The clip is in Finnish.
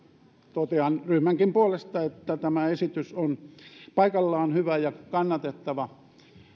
totean ryhmänkin puolesta että tämä esitys on paikallaan hyvä ja kannatettava